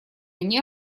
они